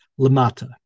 lamata